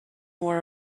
wore